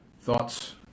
thoughts